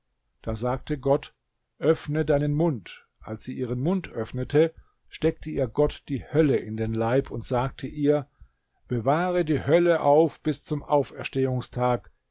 da sagte gott öffne deinen mund als sie ihren mund öffnete steckte ihr gott die hölle in den leib und sagte ihr bewahre die hölle auf bis zum